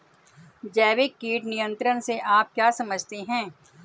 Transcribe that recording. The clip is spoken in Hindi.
जैविक कीट नियंत्रण से आप क्या समझते हैं?